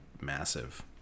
massive